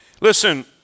Listen